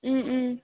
ꯎꯝ ꯎꯝ